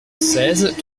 seize